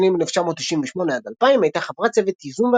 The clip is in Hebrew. בשנים 1998–2000 הייתה חברת צוות ייזום